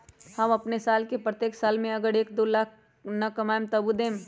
हम अपन साल के प्रत्येक साल मे अगर एक, दो लाख न कमाये तवु देम?